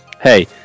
hey